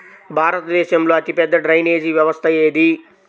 భారతదేశంలో అతిపెద్ద డ్రైనేజీ వ్యవస్థ ఏది?